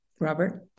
Robert